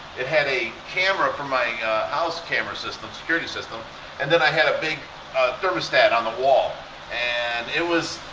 it had a camera from my house camera system, security system and then i had a big thermostat on the wall and it was,